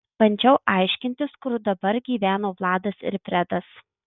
bandžiau aiškintis kur dabar gyveno vladas ir fredas